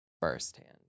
firsthand